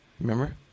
remember